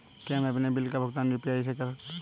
क्या मैं अपने बिल का भुगतान यू.पी.आई से कर सकता हूँ?